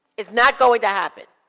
it's not going to happen.